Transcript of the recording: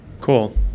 Cool